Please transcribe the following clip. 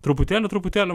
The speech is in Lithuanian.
truputėlį truputėlį